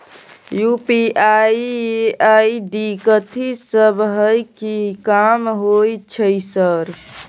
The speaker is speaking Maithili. यु.पी.आई आई.डी कथि सब हय कि काम होय छय सर?